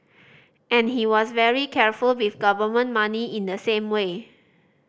and he was very careful with government money in the same way